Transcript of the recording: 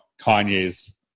Kanye's